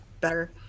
better